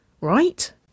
right